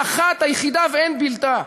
האחת היחידה ואין בלתה.